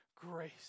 grace